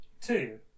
two